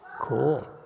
Cool